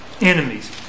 enemies